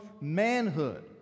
manhood